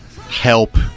help